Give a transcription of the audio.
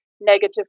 negative